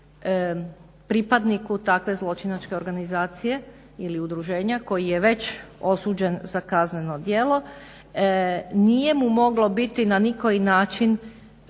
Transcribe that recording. pripadniku takve zločinačke organizacije ili udruženja koji je već osuđen za kazneno djelo, nije mu moglo biti na nikoji način